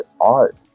art